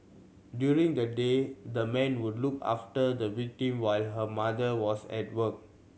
during the day the man would look after the victim while her mother was at work